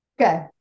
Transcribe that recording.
Okay